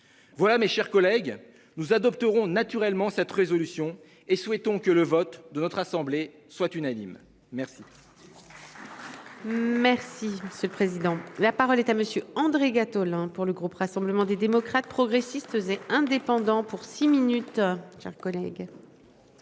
Voilà, mes chers collègues, nous adopterons naturellement cette résolution et souhaitons que le vote de notre assemblée soit unanime. Merci. Merci Monsieur le Président. La parole est à monsieur André Gattolin pour le groupe Rassemblement des démocrates, progressistes faisait indépendant pour six minutes.